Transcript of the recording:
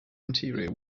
interior